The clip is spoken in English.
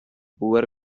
poor